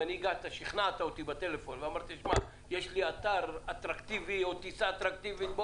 אם שכנעת אותי בטלפון ואמרת: יש לי אתר אטרקטיבי או טיסה אטרקטיבית,